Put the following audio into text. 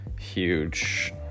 huge